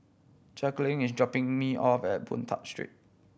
Jacqueline is dropping me off at Boon Tat Street